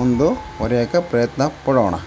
ಮುಂದು ವರೆಯೋಕ ಪ್ರಯತ್ನ ಪಡೋಣ